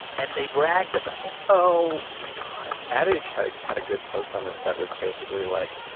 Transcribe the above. and they bragged about it oh, my god adage had had a good post on this that was basically, like,